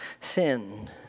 Sin